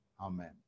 amen